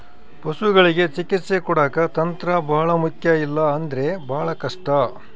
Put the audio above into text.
ಪಶುಗಳಿಗೆ ಚಿಕಿತ್ಸೆ ಕೊಡಾಕ ತಂತ್ರ ಬಹಳ ಮುಖ್ಯ ಇಲ್ಲ ಅಂದ್ರೆ ಬಹಳ ಕಷ್ಟ